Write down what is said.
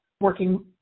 working